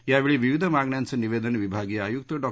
यावेळी विविध मागण्यांचं निवेदन विभागीय आयुक्त डॉ